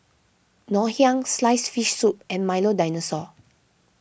Ngoh Hiang Sliced Fish Soup and Milo Dinosaur